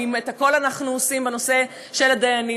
או אם את הכול אנחנו עושים בנושא של הדיינים.